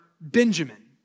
Benjamin